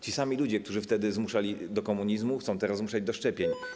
Ci sami ludzie, którzy wtedy zmuszali do komunizmu, chcą teraz zmuszać do szczepień.